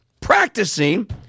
practicing